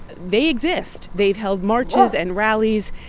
they exist. they've held marches and rallies.